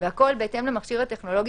והכול בהתאם למכשיר הטכנולוגי